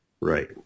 right